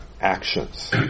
actions